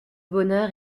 bonheur